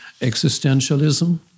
existentialism